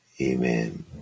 Amen